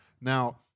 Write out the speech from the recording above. Now